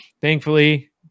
thankfully